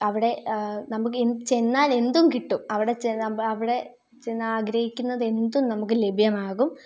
അവിടെ നമുക്ക് ഇ ചെന്നാൽ എന്തും കിട്ടും അവിടെ ചെല്ലമ്പം അവിടെ ചെന്ന് ഗ്രഹിക്കുന്നത് എന്തും നമുക്ക് ലഭ്യമാകും